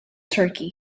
turkey